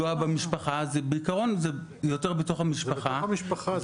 בעקרון זה יותר בתוך המשפחה,